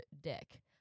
dick